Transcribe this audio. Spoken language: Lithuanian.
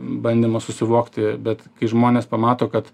bandymas susivokti bet kai žmonės pamato kad